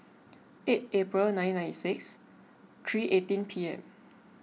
eight April nineteen ninety six three eighteen P M